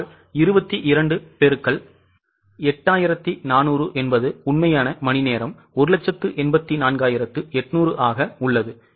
அதனால் 22 பெருக்கல் 8400 என்பது உண்மையான மணிநேரம் 184800 ஆக உள்ளது